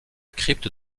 crypte